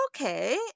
okay